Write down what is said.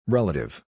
Relative